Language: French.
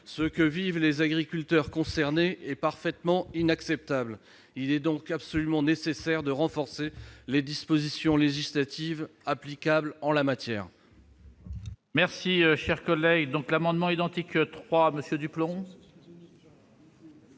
Ce que vivent les agriculteurs concernés est totalement inacceptable. Il est donc absolument nécessaire de renforcer les dispositions législatives applicables en la matière.